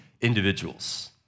individuals